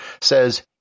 says